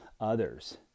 others